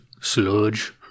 sludge